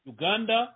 Uganda